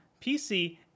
PC